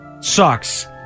sucks